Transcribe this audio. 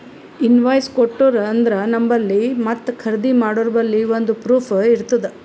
invoice ಕೊಟ್ಟೂರು ಅಂದ್ರ ನಂಬಲ್ಲಿ ಮತ್ತ ಖರ್ದಿ ಮಾಡೋರ್ಬಲ್ಲಿ ಒಂದ್ ಪ್ರೂಫ್ ಇರ್ತುದ್